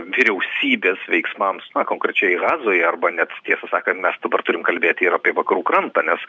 vyriausybės veiksmams na konkrečiai hazoje arba net tiesą sakant mes dabar turim kalbėti ir apie vakarų krantą nes